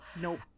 Nope